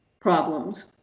problems